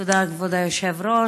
תודה, כבוד היושב-ראש.